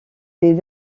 des